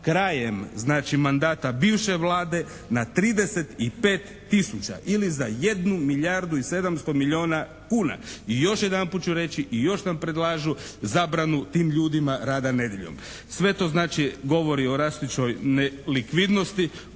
znači mandata bivše Vlade na 35 tisuća ili za 1 milijardu i 700 milijuna kuna. I još jedan put ću reći i još nam predlažu zabranu tim ljudima rada nedjeljom. Sve to znači govori o rastućoj nelikvidnosti